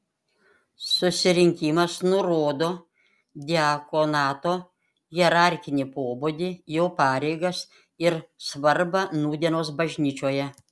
susirinkimas nurodo diakonato hierarchinį pobūdį jo pareigas ir svarbą nūdienos bažnyčioje